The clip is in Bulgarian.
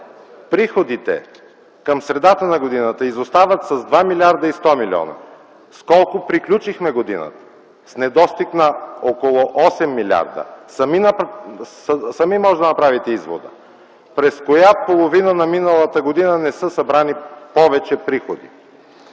Приходите към средата на годината изостават с 2 млрд. и 100 млн. С колко приключихме годината? С недостиг на около 8 милиарда. Сами можете да направите извода през коя половина на миналата година не са събрани повече приходи.